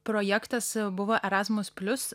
projektas buvo erasmus plius